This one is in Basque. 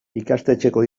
ikastetxeko